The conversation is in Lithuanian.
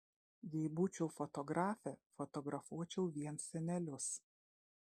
jei būčiau fotografė fotografuočiau vien senelius